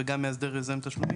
וגם מאסדר יוזם תשלומים?